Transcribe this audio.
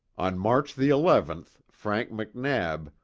on march the eleventh, frank mcnab,